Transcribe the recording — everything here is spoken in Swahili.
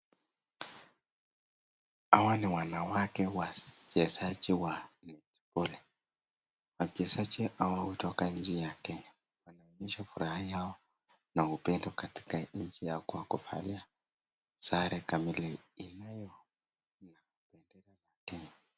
Hawa ni wanawake wachezaji wa netboli wachezaji hawa kutoka nchi ya Kenya wanaonyesha furaha yao na upendo katika nchi kwa kuvalia sare kamili inayo na bendera ya Kenya.